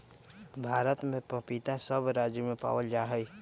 भारत में पपीता सब राज्य में पावल जा हई